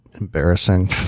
embarrassing